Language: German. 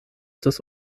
des